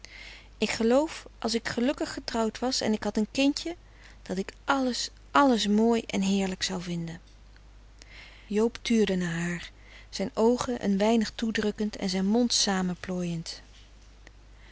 ik geloof als ik gelukkig getrouwd was en ik had een kindje dat ik alles alles mooi en heerlijk zou vinden joob tuurde naar haar zijn oogen een weinig toedrukkend en zijn mond samenplooiend